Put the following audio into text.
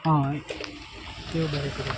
हय देव बरें करूं